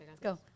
Go